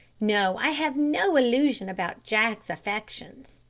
no, i have no illusion about jack's affections.